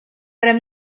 rem